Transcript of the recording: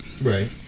Right